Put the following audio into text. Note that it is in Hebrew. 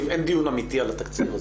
אין דיון אמיתי על תקציב,